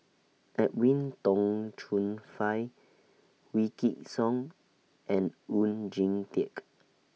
Edwin Tong Chun Fai Wykidd Song and Oon Jin Teik